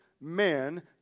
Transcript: man